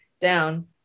Down